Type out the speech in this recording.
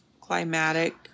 climatic